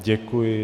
Děkuji.